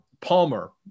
Palmer